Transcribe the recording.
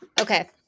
Okay